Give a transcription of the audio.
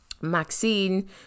Maxine